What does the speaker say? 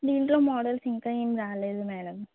దీనిలో మోడల్స్ ఇంకా ఏం రాలేదు మేడం